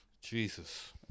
Jesus